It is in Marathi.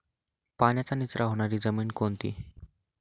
पाण्याचा निचरा होणारी जमीन कोणती?